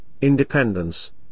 independence